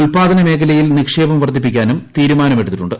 ഉൽപ്പാദന മേഖലയിൽ നിക്ഷേപം വർദ്ധിപ്പിക്കാനും തീരുമാനമെടുത്തിട്ടുണ്ട്